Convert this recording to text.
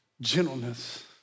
gentleness